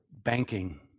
banking